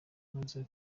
maze